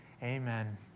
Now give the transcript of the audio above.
Amen